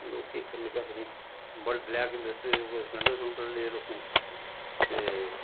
लोक केह् कर केह् आख न बल ब्लैक सलंडर सलूंडर ले लोकें ते